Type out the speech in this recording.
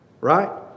right